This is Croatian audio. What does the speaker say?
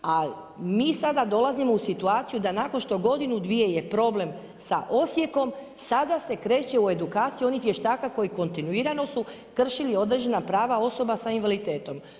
A mi sada dolazimo u situaciju da nakon što godinu, dvije je problem sa Osijekom, sada se kreće u edukaciju onih vještaka koji kontinuirano su kršili određena prava osoba s invaliditetom.